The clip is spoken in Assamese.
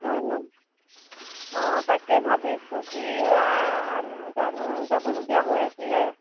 অঁ অঁ তাকে ভাবিছোঁ কি আনোঁ জানো যাবলগীয়া হৈ আছিলে